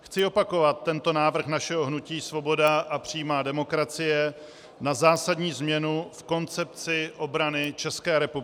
Chci opakovat tento návrh našeho hnutí Svoboda a přímá demokracie na zásadní změnu v koncepci obrany České republiky.